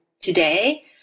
today